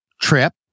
trip